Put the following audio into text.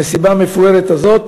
שהמסיבה המפוארת הזאת